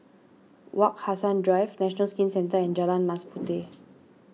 Wak Hassan Drive National Skin Centre Jalan Mas Puteh